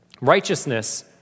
Righteousness